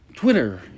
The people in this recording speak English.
Twitter